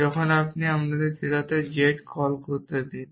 যখন আপনি আমাদেরকে থিটাতে z কল করতে দিন